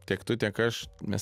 tiek tu tiek aš mes